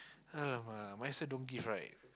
!alamak! might as well don't give right